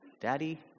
Daddy